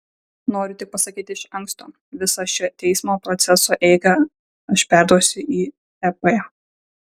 noriu tik pasakyti iš anksto visą šio teismo proceso eigą aš perduosiu į ep